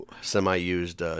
semi-used